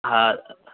হ্যাঁ